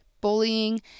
bullying